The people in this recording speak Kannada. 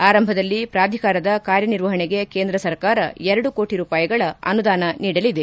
ಆರಂಭದಲ್ಲಿ ಪ್ರಾಧಿಕಾರದ ಕಾರ್ಯನಿರ್ವಹಣೆಗೆ ಕೇಂದ್ರ ಸರ್ಕಾರ ಎರಡು ಕೋಟ ರೂಪಾಯಿಗಳ ಅನುದಾನ ನೀಡಲಿದೆ